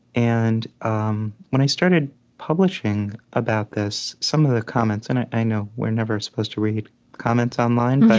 and um when i started publishing about this, some of the comments and i i know we're never supposed to read comments online but